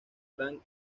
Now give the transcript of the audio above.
gran